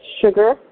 Sugar